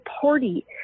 party